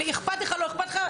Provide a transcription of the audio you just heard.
אכפת לך או לא אכפת לך?